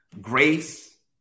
Grace